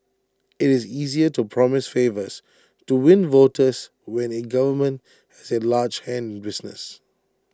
IT is easier to promise favours to win voters when A government has A large hand in business